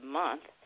month